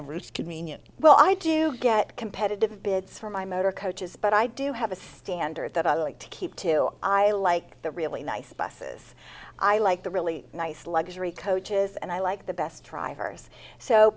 communion well i do get competitive bids for my motor coaches but i do have a standard that i like to keep to i like the really nice buses i like the really nice luxury coaches and i like the best drivers so